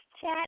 Chat